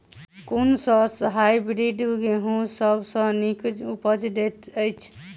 कुन सँ हायब्रिडस गेंहूँ सब सँ नीक उपज देय अछि?